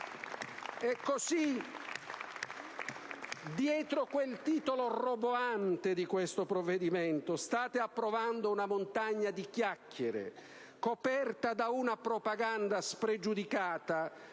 Così, dietro il titolo roboante di questo provvedimento, state approvando una montagna di chiacchiere, coperta da una propaganda spregiudicata